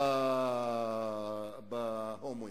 בהומואים.